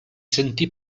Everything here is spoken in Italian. sentì